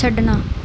ਛੱਡਣਾ